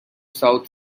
south